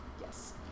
Yes